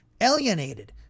alienated